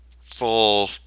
full